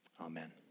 amen